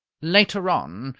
later on,